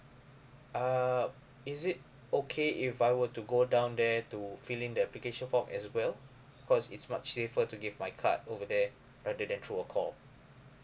uh is it okay if I were to go down there to fill in the application form as well cause it's much safer to give my card over there rather than through a call